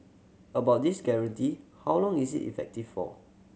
about this guarantee how long is it effective for